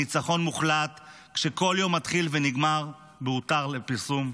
ניצחון מוחלט כשכל יום מתחיל ונגמר בהותר לפרסום?